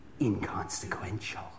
inconsequential